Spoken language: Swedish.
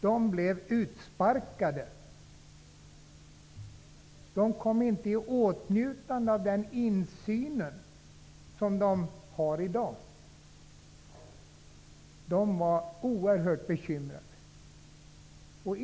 De blev utsparkade. De kom inte i åtnjutande av den insyn som de har i dag. De var oerhört bekymrade.